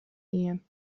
ien